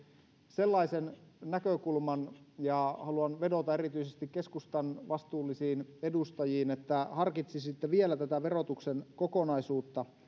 sellaisen näkökulman ja haluan vedota erityisesti keskustan vastuullisiin edustajiin että harkitsisitte vielä tätä verotuksen kokonaisuutta